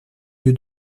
lieu